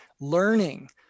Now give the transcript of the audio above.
learning